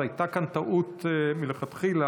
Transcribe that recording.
הייתה כאן טעות מלכתחילה.